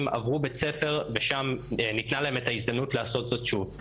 עברו בית ספר ושם ניתנה להם את ההזדמנות לעשות זאת שוב.